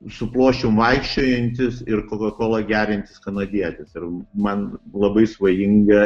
su ploščium vaikščiojantis ir kokakolą geriantis kanadietis ir man labai svajinga